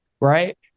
Right